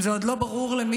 אם זה עוד לא ברור למישהו,